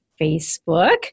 Facebook